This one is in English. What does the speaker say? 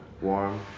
warm